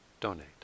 donate